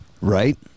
Right